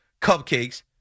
cupcakes